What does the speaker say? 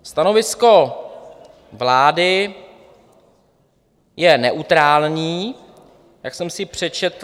Stanovisko vlády je neutrální, jak jsem si přečetl.